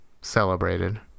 celebrated